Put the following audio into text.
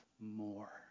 more